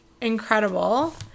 incredible